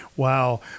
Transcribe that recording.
Wow